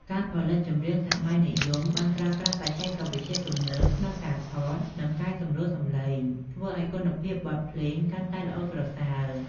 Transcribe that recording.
ការផលិតបទចម្រៀងសម័យនិយមបានប្រើប្រាស់បច្ចេកវិទ្យាទំនើបក្នុងការថត និងកែសម្រួលសំឡេង ធ្វើឱ្យគុណភាពបទភ្លេងកាន់តែល្អប្រសើរ។